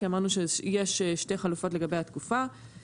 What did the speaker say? כי אמרנו שיש שתי חלופות לגבי התקופה,